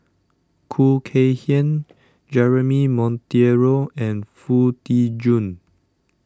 Khoo Kay Hian Jeremy Monteiro and Foo Tee Jun